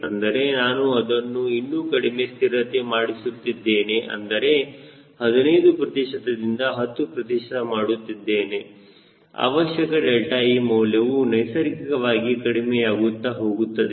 ಅಂದರೆ ನಾನು ಅದನ್ನು ಇನ್ನೂ ಕಡಿಮೆ ಸ್ಥಿರತೆ ಮಾಡಿಸುತ್ತಿದ್ದೇನೆ ಅಂದರೆ 15 ಪ್ರತಿಶತ ದಿಂದ 10 ಪ್ರತಿಶತ ಮಾಡುತ್ತಿದ್ದೇನೆ ಅವಶ್ಯಕ 𝛿e ಮೌಲ್ಯವು ನೈಸರ್ಗಿಕವಾಗಿ ಕಡಿಮೆಯಾಗುತ್ತಾ ಹೋಗುತ್ತದೆ